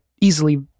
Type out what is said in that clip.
easily